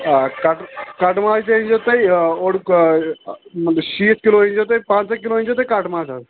آ کٹ کٹہٕ ماز تہِ أنۍزیو تُہۍ اوٚڑ شیٖتھ کِلوٗ أنۍزیو تُہۍ پنٛژاہ کِلوٗ أنۍزیو تُہۍ کٹہٕ ماز حظ